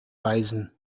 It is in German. weisen